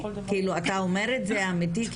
כאילו, אתה אומר את זה אמיתי?